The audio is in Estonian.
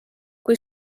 kui